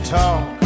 talk